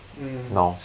mm